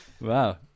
Wow